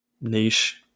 niche